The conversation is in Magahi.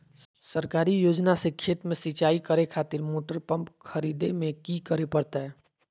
सरकारी योजना से खेत में सिंचाई करे खातिर मोटर पंप खरीदे में की करे परतय?